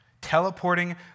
teleporting